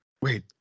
Wait